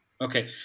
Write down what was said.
Okay